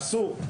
אסור.